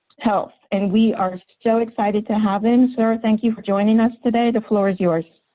health, and we are so excited to have him. sir, thank you for joining us today. the floor is yours.